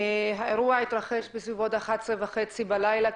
האירוע התרחש בסביבות 13:30 בלילה,